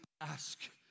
ask